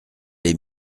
les